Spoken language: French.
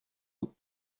vous